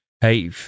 Hey